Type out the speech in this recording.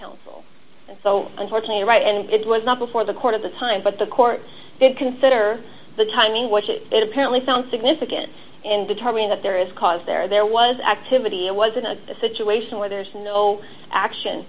counsel so unfortunately right and it was not before the court of the time but the court did consider the timing which it apparently found significant in determining that there is cause there there was activity and was in a situation where there's no action